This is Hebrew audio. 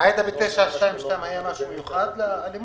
עאידה, ב-922 היה משהו מיוחד לאלימות?